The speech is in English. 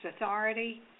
authority